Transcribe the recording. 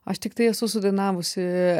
aš tiktai esu sudainavusi